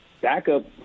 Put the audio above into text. backup